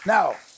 Now